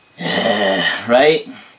Right